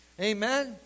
Amen